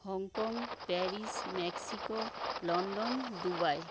Hong Kong Paris Mexico London Dubai